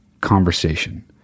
conversation